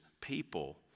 people